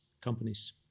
companies